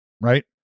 right